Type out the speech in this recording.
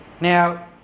Now